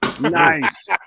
Nice